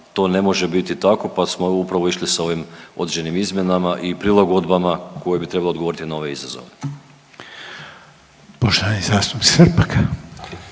to ne može biti tako, pa smo upravo išli sa ovim određenim izmjenama i prilagodbama koje bi trebale odgovoriti na ove izazove. **Reiner, Željko